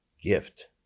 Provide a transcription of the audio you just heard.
gift